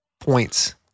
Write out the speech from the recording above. points